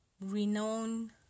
renowned